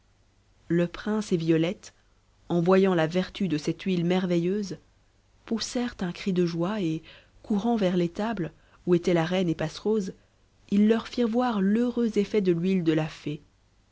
le prince et violette en voyant la vertu de cette huile merveilleuse poussèrent un cri de joie et courant vers l'étable où étaient la reine et passerose ils leur firent voir l'heureux effet de l'huile de la fée